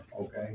okay